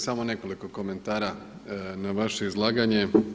Samo nekoliko komentara na vaše izlaganje.